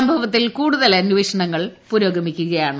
സംഭവത്തിൽ കൂടുതൽ അന്വേഷണങ്ങൾ പുരോഗമിക്കുകയാണ്